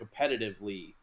competitively